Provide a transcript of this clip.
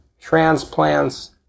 transplants